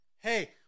Hey